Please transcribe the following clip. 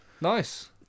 Nice